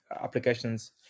applications